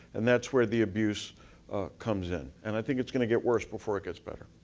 and that's where the abuse comes in. and i think it's gonna get worse before it gets better.